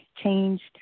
changed